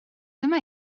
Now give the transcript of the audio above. dyma